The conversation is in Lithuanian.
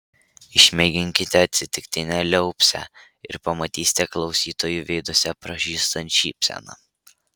išmėginkite atsitiktinę liaupsę ir pamatysite klausytojų veiduose pražystant šypseną